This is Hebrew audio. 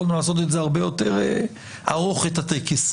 יכולנו לעשות את זה הרבה יותר ארוך את הטקס.